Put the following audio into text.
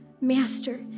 Master